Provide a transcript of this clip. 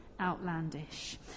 outlandish